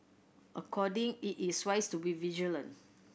according it is wise to be vigilant